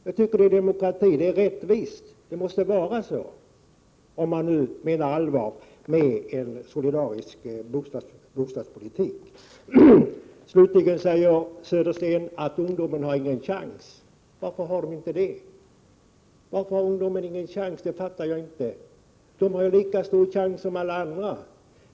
Jag tycker att det är demokrati, att det är rättvist, att det måste vara så, om man nu menar allvar med en solidarisk bostadspolitik. Ungdomen har ingen chans, säger Södersten. Varför har den inte det? Att ungdomen inte skulle ha någon chans, fattar jag inte. Ungdomar har lika stor chans som alla andra.